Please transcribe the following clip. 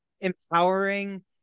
empowering